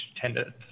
tended